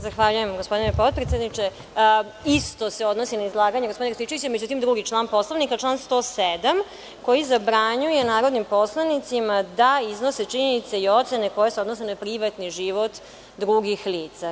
Zahvaljujem, gospodine potpredsedniče, isto se odnosi na izlaganje gospodina Rističevića, međutim drugi član Poslovnika, član 107, koji zabranjuje narodnim poslanicima da iznose činjenice i ocene koje se odnose na privatni život drugih lica.